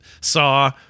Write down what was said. saw